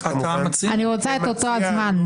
אני רוצה את אותו זמן.